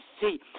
see